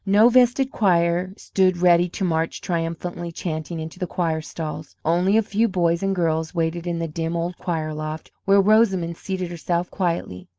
no vested choir stood ready to march triumphantly chanting into the choir stalls. only a few boys and girls waited in the dim old choir loft, where rosamond seated herself quietly.